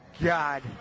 God